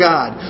God